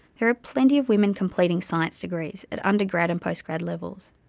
there are plenty of women completing science degrees at undergrad and postgrad levels,